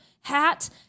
hat